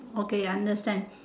okay understand